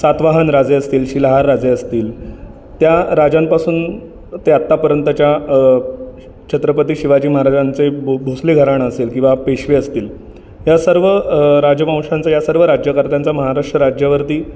सातवाहन राजे असतील शिलाहार राजे असतील त्या राजांपासून ते आत्तापर्यंतच्या अ छत्रपती शिवाजी महाराजांचे ब भोसले घराणं असेल किंवा पेशवे असतील या सर्व राजवंशांचा या सर्व राज्यकर्त्यांचा महाराष्ट्र राज्यावरती